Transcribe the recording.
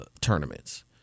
tournaments